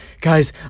guys